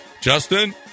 Justin